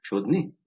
शोधणे